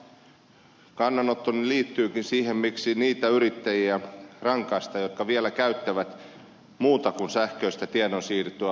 oma kannanottoni liittyykin siihen miksi niitä yrittäjiä rangaistaan jotka vielä käyttävät muuta kuin sähköistä tiedonsiirtoa